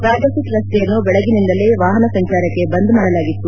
ರಾಜಾಸೀಟ್ ರಸ್ತೆಯನ್ನು ಬೆಳಗ್ಗಿನಿಂದಲೇ ವಾಹನ ಸಂಚಾರಕ್ಕೆ ಬಂದ್ ಮಾಡಲಾಗಿತ್ತು